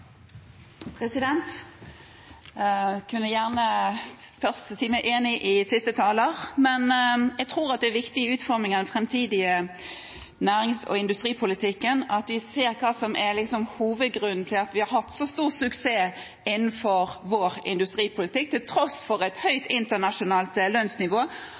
at vi i utformingen av den framtidige nærings- og industripolitikken ser på hva som er hovedgrunnen til at vi har hatt så stor suksess innenfor vår industripolitikk, til tross for et høyt internasjonalt lønnsnivå,